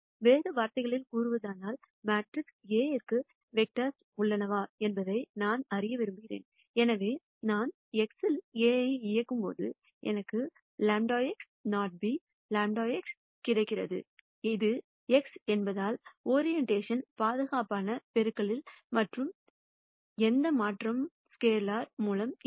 வேறு வார்த்தைகளில் கூறுவதானால் மேட்ரிக்ஸ் A க்கு x வெக்டர்ஸ் உள்ளனவா என்பதை நான் அறிய விரும்புகிறேன் அதாவது நான் x இல் A ஐ இயக்கும்போது எனக்கு λ x not b λ x கிடைக்கிறது இது x என்பதால் ஒரிஇண்டஷன் பாதுகாப்பான பெருக்கலில் எந்த மாற்றமும் ஸ்கேலார் மூலம் இல்லை